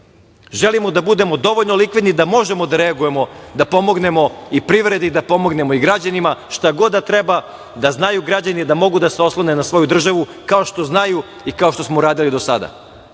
desi. Želimo da budemo dovoljno likvidni da možemo da reagujemo, da pomognemo i privredi i da pomognemo i građanima, šta god da treba, da znaju građani da mogu da se oslone na svoju državu, kao što znaju i kao što smo uradili do sada.